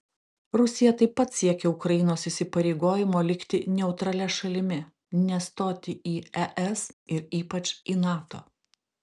rusija taip pat siekia ukrainos įsipareigojimo likti neutralia šalimi nestoti į es ir ypač į nato